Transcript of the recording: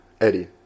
Eddie